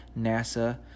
NASA